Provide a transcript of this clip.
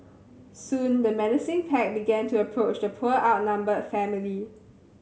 soon the menacing pack began to approach the poor outnumbered family